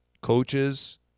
coaches